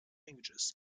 languages